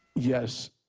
yes.